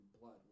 blood